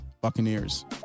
Buccaneers